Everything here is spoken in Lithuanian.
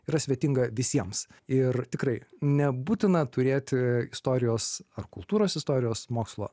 yra svetinga visiems ir tikrai nebūtina turėti istorijos ar kultūros istorijos mokslo